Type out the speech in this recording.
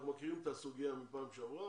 אנחנו מכירים את הסוגיה מהפעם שעברה,